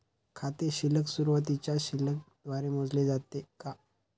खाते शिल्लक सुरुवातीच्या शिल्लक द्वारे मोजले जाते का?